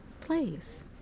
place